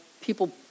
people